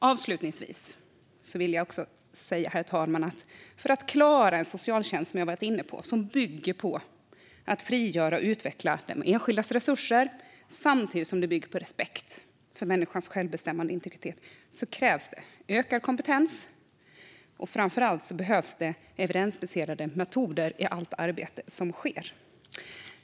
Avslutningsvis, herr talman, vill jag säga att det krävs ökad kompetens för att vi, som jag har varit inne på, ska klara en socialtjänst som bygger på att frigöra och utveckla den enskildas resurser samtidigt som den bygger på respekt för människans självbestämmande och integritet. Framför allt behövs det evidensbaserade metoder i allt arbete som sker.